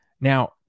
Now